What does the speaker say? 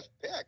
pick